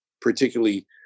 particularly